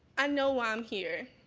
i know why i'm here.